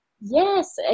yes